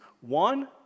One